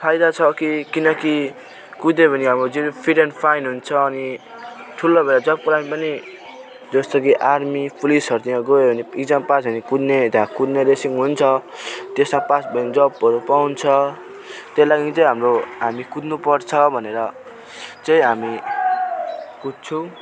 फाइदा छ कि किनकि कुद्यो भने अब जिउ फिट एन्ड फाइन हुन्छ अनि ठुलो भएर जब्को लागि पनि जस्तो कि आर्मी पुलिसहरूतिर गयो भने इक्जाम पास भयो भने कुद्ने त्यहाँ कुद्ने रेसिङ हुन्छ त्यसमा पास भयो भने जब्हरू पाउँछ त्यो लागि चाहिँ हाम्रो हामी कुद्नु पर्छ भनेर चाहिँ हामी कुद्छौँ